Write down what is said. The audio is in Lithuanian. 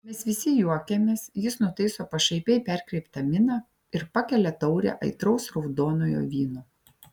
mes visi juokiamės jis nutaiso pašaipiai perkreiptą miną ir pakelia taurę aitraus raudonojo vyno